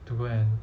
to go and